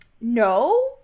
no